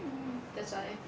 mm